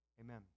amen